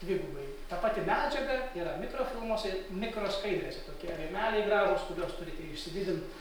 dvigubai ta pati medžiaga yra mikrofilmuose ir mikroskaidrėse tokie rėmeliai gražūs kuriuos turite išsididint